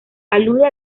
alude